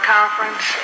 Conference